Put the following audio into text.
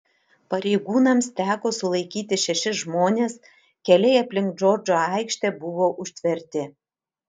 pareigūnams teko sulaikyti šešis žmones keliai aplink džordžo aikštę buvo užtverti